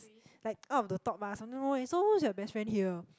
like out of the top ah something wrong eh so who's your best friend here